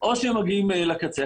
או שהם מגיעים לקצה.